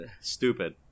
stupid